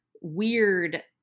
weird